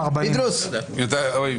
ארבעה בעד, חמישה נגד, אין נמנעים.